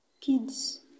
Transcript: kids